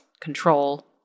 control